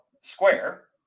square